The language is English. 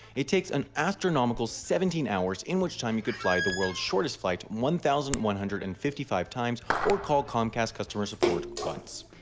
it takes an astronomical seventeen hours in which time you could fly the world's shortest flight one thousand one hundred and fifty five times or call comcast customer support once.